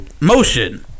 Motion